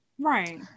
right